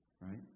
Right